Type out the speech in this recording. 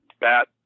bat